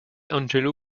angelo